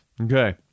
Okay